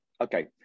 Okay